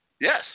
yes